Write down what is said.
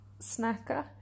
snacker